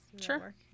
Sure